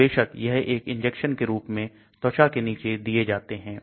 तो बेशक यह एक इंजेक्शन के रूप में त्वचा के नीचे दिए जाते हैं